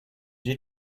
you